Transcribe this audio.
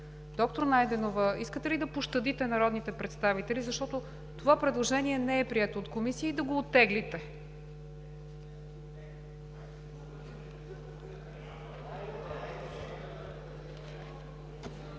Доктор Найденова, искате ли да пощадите народните представители, защото това предложение не е прието от Комисията и да оттеглите?